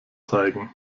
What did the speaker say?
zeigen